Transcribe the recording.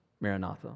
Maranatha